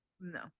No